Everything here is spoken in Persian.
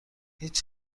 هیچ